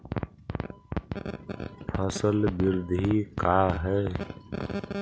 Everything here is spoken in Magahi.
फसल वृद्धि का है?